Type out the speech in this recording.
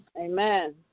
Amen